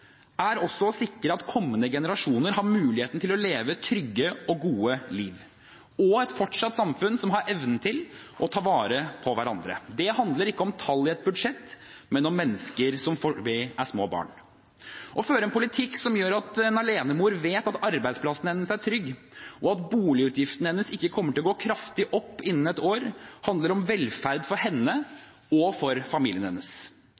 er også å sikre at kommende generasjoner har muligheten til å leve et trygt og godt liv, og et samfunn hvor man fortsatt har evne til å ta vare på hverandre. Det handler ikke om tall i et budsjett, men om mennesker som foreløpig er små barn. Å føre en politikk som gjør at en alenemor vet at arbeidsplassen hennes er trygg, og at boligutgiftene hennes ikke kommer til å gå kraftig opp innen et år, handler om velferd for henne og for familien hennes.